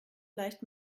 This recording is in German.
leicht